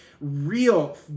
real